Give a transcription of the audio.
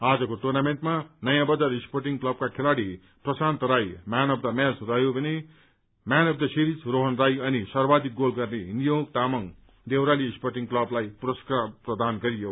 आजको टुर्नामेन्टमा नयाँ बजार स्पोर्टिङ क्लबका खेलाड़ी Prashant Rai man of the match रहे भने man of the series Rohan Rai अनि सर्वाधिक गोल गर्ने नियोंग तामाङ देउराली स्पोर्टिङ क्लबलाई पुरस्कार प्रदान गरियो